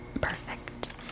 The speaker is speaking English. Perfect